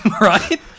Right